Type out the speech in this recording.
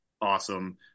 awesome